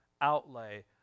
outlay